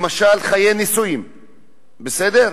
למשל, חיי נישואין, בסדר?